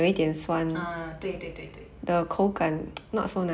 ah 对对对对